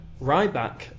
Ryback